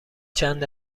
چند